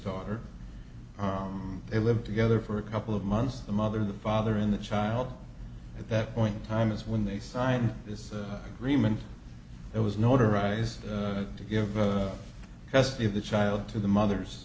daughter they lived together for a couple of months the mother the father in the child at that point in time is when they sign this agreement that was notarized to give custody of the child to the mother